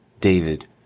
David